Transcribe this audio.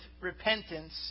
repentance